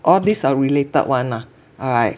all of these are related [one] lah alright